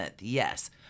yes